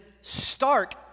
stark